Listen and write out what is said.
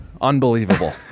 Unbelievable